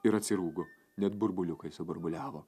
ir atsirūgo net burbuliukai suburbuliavo